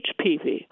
HPV